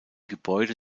gebäude